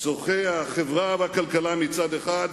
צורכי החברה והכלכלה מצד אחד,